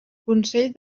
consell